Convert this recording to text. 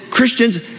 Christians